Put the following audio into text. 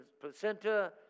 placenta